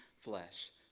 flesh